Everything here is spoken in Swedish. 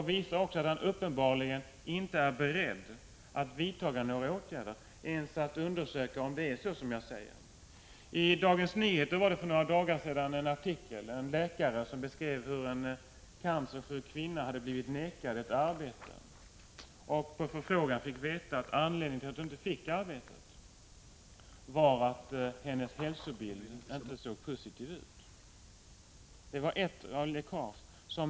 Han visar också att han uppenbarligen inte är beredd att vidta några åtgärder, han är inte ens beredd att undersöka om det förhåller sig som jag säger. I Dagens Nyheter var det för några dagar sedan en artikel där en läkare beskrev hur en cancersjuk kvinna hade blivit förvägrad ett arbete. På förfrågan fick hon veta att anledningen till att hon inte fick arbetet var att hennes hälsobild inte såg positiv ut. Det var ett läckage.